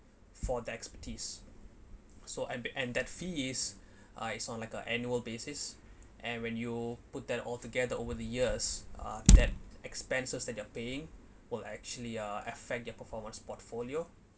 for that expertise so and and that fees are it's on like a annual basis and when you put that altogether over the years uh that expenses that they're paying will actually uh affect their performance portfolio